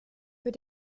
für